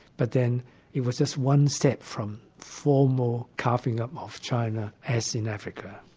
but then it was just one step from formal carving up of china as in africa.